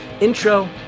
intro